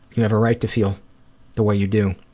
you have a right to feel the way you do.